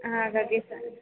ಹಾಗಾಗಿ ಸ